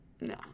No